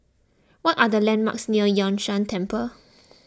what are the landmarks near Yun Shan Temple